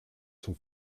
sont